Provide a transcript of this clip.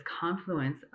confluence